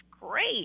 great